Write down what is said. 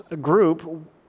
group